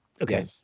Okay